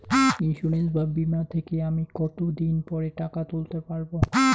Insurance বা বিমা থেকে আমি কত দিন পরে টাকা তুলতে পারব?